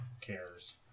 Cares